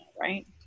Right